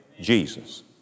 Jesus